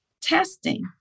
testing